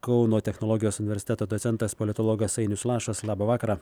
kauno technologijos universiteto docentas politologas ainius lašas labą vakarą